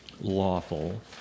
lawful